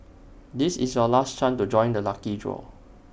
this is your last chance to join the lucky draw